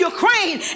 Ukraine